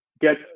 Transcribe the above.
get